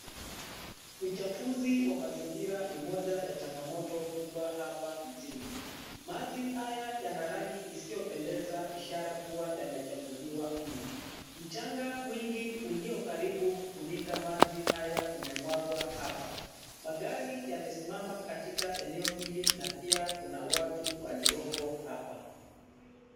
Uchafusi wa mazingira ni moja ya changamoto kubwa hapa mjini, maji haya yana rangi hiziopendeza ishara kuwa yamechafuliwa mno, mchanga mwingi uliokaribu kufunika maji haya umemwagwa hapa, magari yamesimama katika eneo hili na pia kuna watu waliopo hapa.